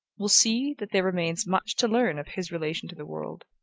will see that there remains much to learn of his relation to the world,